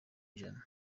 ijana